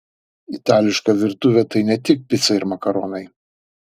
itališka virtuvė tai ne tik pica ir makaronai